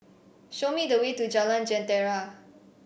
show me the way to Jalan Jentera